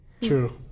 True